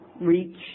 reach